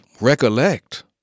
recollect